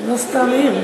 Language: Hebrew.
לא סתם עיר.